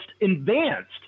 advanced